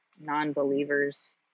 non-believers